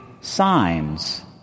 signs